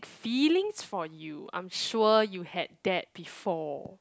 feelings for you I'm sure you had that before